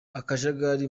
akajagari